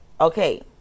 Okay